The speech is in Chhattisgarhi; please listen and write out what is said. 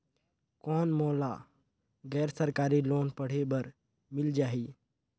कौन मोला गैर सरकारी लोन पढ़े बर मिल जाहि?